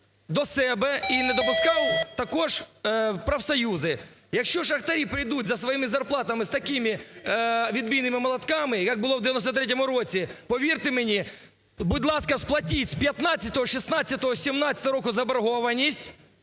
до себе і не допускав також профсоюзи. Якщо шахтарі прийдуть за своїми зарплатами з такими відбійними молотками, як було у 1993 році, повірте мені… Будь ласка, сплатить з 15-го, 16-го, 17-го року заборгованість,